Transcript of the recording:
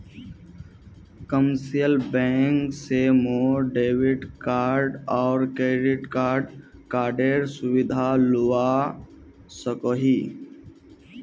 commercial bank से मोर debit card आर क्रेडिट कार्डेर सुविधा लुआ सकोही